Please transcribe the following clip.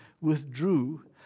withdrew